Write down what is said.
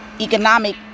economic